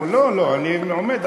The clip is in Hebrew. חבל על הזמן.